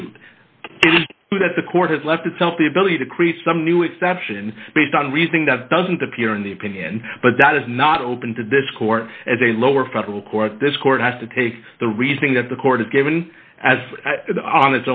has left itself the ability to create some new exception based on reasoning that doesn't appear in the opinion but that is not open to this court as a lower federal court this court has to take the reasoning that the court is given as on